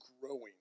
growing